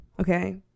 Okay